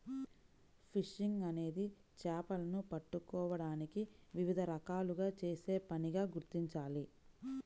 fishing అనేది చేపలను పట్టుకోవడానికి వివిధ రకాలుగా చేసే పనిగా గుర్తించాలి